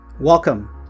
Welcome